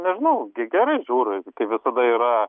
nežinau g gerai žiūriu kaip visada yra